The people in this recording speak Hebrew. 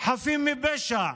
חפים מפשע,